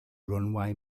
runway